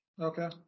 Okay